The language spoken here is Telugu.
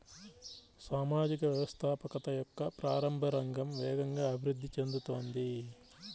సామాజిక వ్యవస్థాపకత యొక్క ప్రారంభ రంగం వేగంగా అభివృద్ధి చెందుతోంది